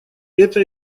это